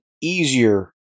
easier-